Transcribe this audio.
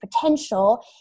potential